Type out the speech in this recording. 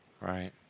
Right